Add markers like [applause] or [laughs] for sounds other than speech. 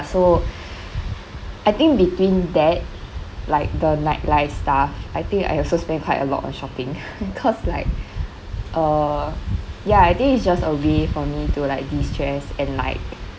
so I think between that like the nightlife stuff I think I also spend quite a lot on shopping [laughs] because like uh ya I think it's a just a way for me to like de stress and like